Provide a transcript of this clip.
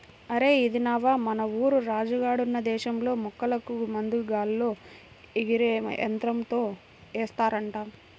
అరేయ్ ఇదిన్నవా, మన ఊరు రాజు గాడున్న దేశంలో మొక్కలకు మందు గాల్లో ఎగిరే యంత్రంతో ఏస్తారంట